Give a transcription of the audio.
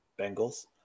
Bengals